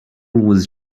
was